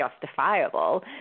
justifiable